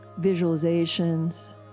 visualizations